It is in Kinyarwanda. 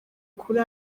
kuri